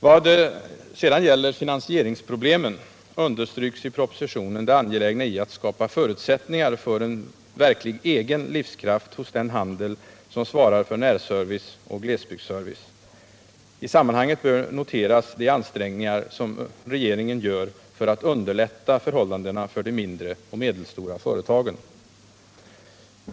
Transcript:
Vad sedan gäller finansieringsproblemen understryks i propositionen det angelägna i att skapa förutsättningar för en verklig egen livskraft hos den handel som svarar för närservice och glesbygdsservice. I sammanhanget bör noteras de ansträngningar som regeringen gör för att underlätta förhållandena för de mindre och medelstora företagen.